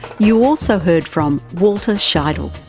you also heard from walter scheidel,